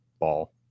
ball